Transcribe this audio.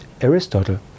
Aristotle